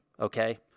Okay